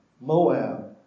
Moab